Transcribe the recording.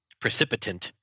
precipitant